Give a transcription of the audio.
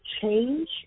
change